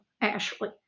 Ashley